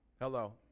Hello